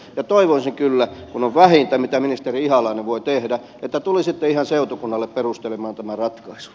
ja toivoisin kyllä mikä on vähintä mitä ministeri ihalainen voi tehdä että tulisitte ihan seutukunnalle perustelemaan tämän ratkaisun